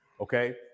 Okay